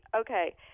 okay